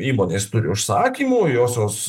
įmonės turi užsakymų josios